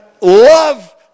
love